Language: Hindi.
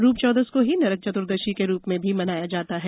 रूपचौदस को ही नरक चतुर्दशी के रूप में भी मनाया जाता है